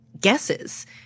guesses